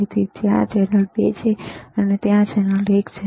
તેથી ત્યાં ચેનલ 2 છે ત્યાં ચેનલ એક છે